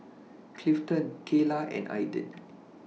Clifton Kayla and Aidyn